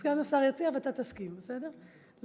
יציע ואתה תסכים, בסדר?